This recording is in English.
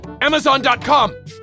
amazon.com